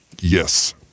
Yes